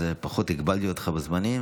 אז פחות הגבלתי אותך בזמנים.